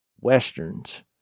Westerns